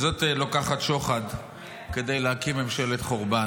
זאת לוקחת שוחד כדי להקים ממשלת חורבן,